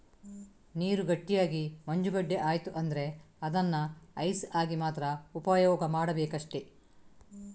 ನೀರು ಗಟ್ಟಿಯಾಗಿ ಮಂಜುಗಡ್ಡೆ ಆಯ್ತು ಅಂದ್ರೆ ಅದನ್ನ ಐಸ್ ಆಗಿ ಮಾತ್ರ ಉಪಯೋಗ ಮಾಡ್ಬೇಕಷ್ಟೆ